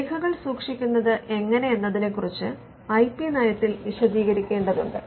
രേഖകൾ സൂക്ഷിക്കുന്നത് എങ്ങനെ എന്നതിനെക്കുറിച്ചും ഐ പി നയത്തിൽ വിശദീകരിക്കേണ്ടതുണ്ട്